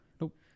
Nope